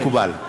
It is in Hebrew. מקובל.